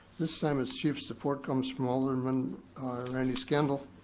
this time its chief support comes from alderman randy scannell.